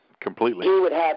Completely